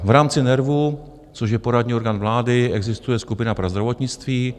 V rámci NERVu, což je poradní orgán vlády, existuje skupina pro zdravotnictví.